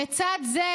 בצד זה,